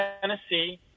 Tennessee